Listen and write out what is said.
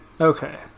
Okay